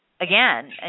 again